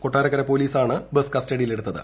കൊട്ടാരക്കര പോലീസാണ് ബസ്സ് കസ്റ്റഡിയിൽ എടുത്തത്